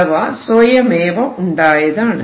അഥവാ സ്വയമേവ ഉണ്ടായതാണ്